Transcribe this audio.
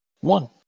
One